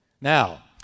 Now